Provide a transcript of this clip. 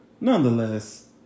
Nonetheless